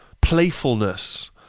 playfulness